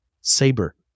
saber